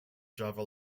java